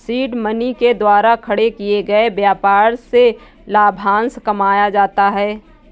seed money के द्वारा खड़े किए गए व्यापार से लाभांश कमाया जाता है